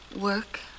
work